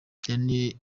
daniel